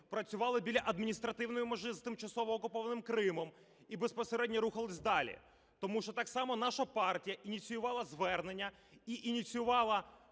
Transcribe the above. працювали біля адміністративної межі з тимчасово окупованим Кримом і безпосередньо рухались далі. Тому що так само наша партія ініціювала звернення і ініціювала